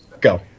go